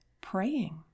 praying